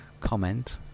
comment